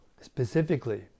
Specifically